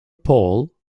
paul